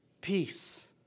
Peace